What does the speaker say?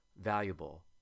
valuable